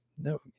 no